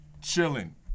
chilling